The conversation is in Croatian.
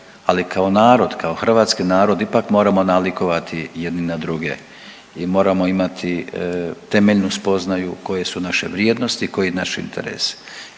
ali kao narod, kao hrvatski narod ipak moramo nalikovati jedni na druge i moramo imati temeljnu spoznaju koje su naše vrijednosti, koji naši interesi